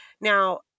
Now